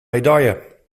medaille